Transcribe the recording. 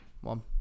one